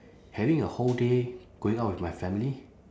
having a whole day going out with my family